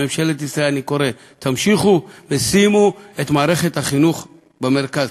לממשלת ישראל אני קורא: תמשיכו ושימו את מערכת החינוך במרכז,